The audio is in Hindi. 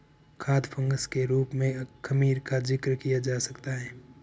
खाद्य फंगस के रूप में खमीर का जिक्र किया जा सकता है